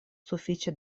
sufiĉe